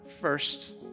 first